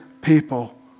people